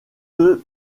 deux